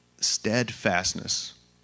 steadfastness